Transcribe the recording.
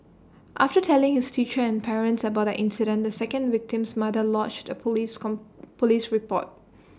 after telling his teacher and parents about the incident the second victim's mother lodged A Police Police report